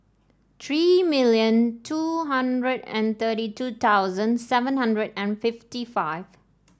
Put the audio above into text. three million two hundred and thirty two thousand seven hundred and fifty five